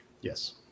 Yes